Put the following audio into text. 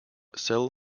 cell